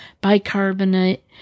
bicarbonate